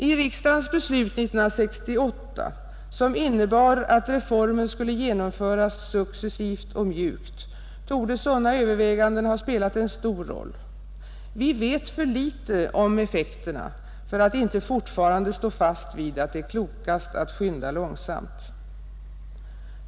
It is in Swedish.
I riksdagens beslut 1969, som innebar att reformen skulle genomföras successivt och mjukt, torde sådana överväganden ha spelat en stor roll. Vi vet för litet om effekterna för att inte fortfarande stå fast vid att det är klokast att skynda långsamt.